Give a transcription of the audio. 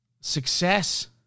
success